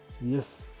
Yes